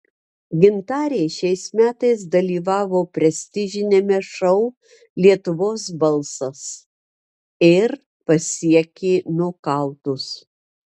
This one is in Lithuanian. gintarė šiais metais dalyvavo prestižiniame šou lietuvos balsas ir pasiekė nokautus